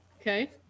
Okay